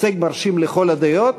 הישג מרשים לכל הדעות.